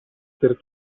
per